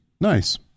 Nice